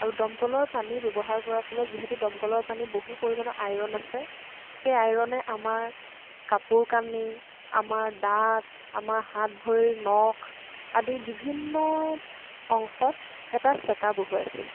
আৰু দমকলৰ পানী ব্যৱহাৰ কৰাৰ ফলত যিহেতু দমকলৰ পানীত বহু পৰিমাণৰ আইৰন আছে সেই আইৰনে আমাৰ কাপোৰ কানি আমাৰ দাঁত আমাৰ হাত ভৰিৰ নখ আদি বিভিন্ন অংশত এটা চেকা বহুৱাইছিল